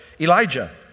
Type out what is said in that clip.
Elijah